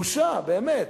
בושה, באמת.